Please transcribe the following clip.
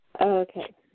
Okay